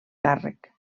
càrrec